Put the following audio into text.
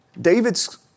David's